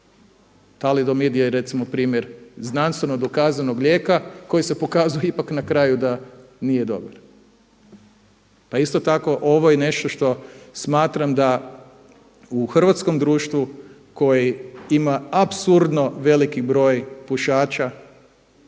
Talidomid je recimo primjer znanstven dokazanog lijeka koji se pokazao ipak na kraju da nije dobar. Pa isto tako ovo je nešto što smatram da u hrvatskom društvu, koji ima apsurdno veliki broj pušača,